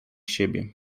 siebie